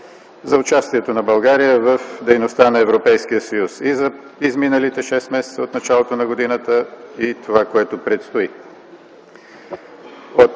за участието на България в дейността на Европейския съюз – и за изминалите 6 месеца от началото на годината, и това, което предстои.